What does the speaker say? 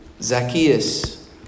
Zacchaeus